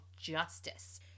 Justice